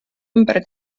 ümber